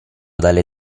dalle